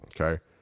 okay